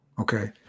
Okay